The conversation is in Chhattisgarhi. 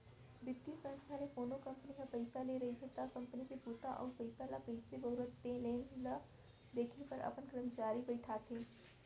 बित्तीय संस्था ले कोनो कंपनी ह पइसा ले रहिथे त कंपनी के बूता अउ पइसा ल कइसे बउरत हे तेन ल देखे बर अपन करमचारी बइठाथे